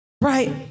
right